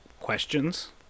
questions